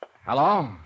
Hello